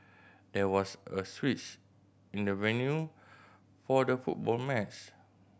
there was a switch in the venue for the football match